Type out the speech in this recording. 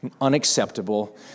unacceptable